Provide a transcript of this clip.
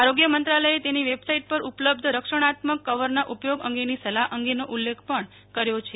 આરોગ્ય મંત્રાલયે તેની વબેસાઈટ પર ઉપલબ્ધ રક્ષણાત્મક કવરનો ઉપયોગ અંગેની સલાહ અંગેનો ઉલ્લેખ પણ કર્યો છે